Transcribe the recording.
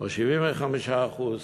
או 75%,